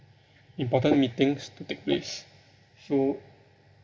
important meetings to take place so